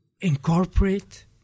incorporate